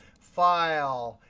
file,